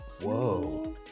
Whoa